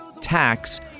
tax